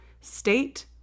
state